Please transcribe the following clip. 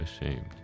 Ashamed